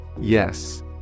Yes